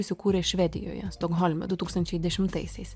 įsikūrė švedijoje stokholme du tūkstančiai dešimtaisiais